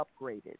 upgraded